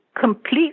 complete